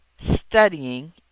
studying